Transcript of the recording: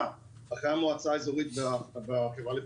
אחרי המועצה האזורית והחברה לפיתוח,